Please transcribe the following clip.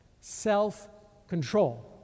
self-control